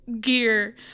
gear